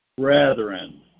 Brethren